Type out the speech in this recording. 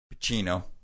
Pacino